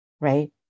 right